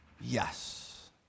Yes